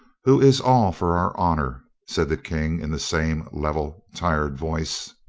who is all for our honor, said the king in the same level, tired voice.